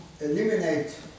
eliminate